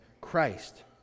Christ